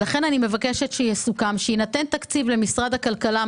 לכן אני מבקשת שיסוכם שיינתן תקציב למשרד הכלכלה,